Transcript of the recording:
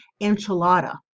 enchilada